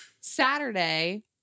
Saturday